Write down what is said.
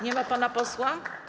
Nie ma pana posła.